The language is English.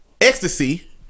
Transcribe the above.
ecstasy